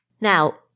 Now